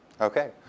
Okay